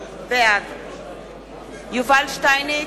בעד יובל שטייניץ,